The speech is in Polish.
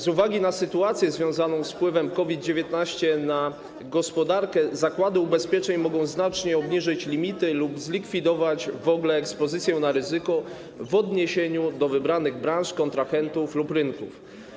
Z uwagi na sytuację związaną z wpływem COVID-19 na gospodarkę zakłady ubezpieczeń mogą znacznie obniżyć limity lub zlikwidować w ogóle ekspozycję na ryzyko w odniesieniu do wybranych branż, kontrahentów lub rynków.